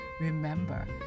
Remember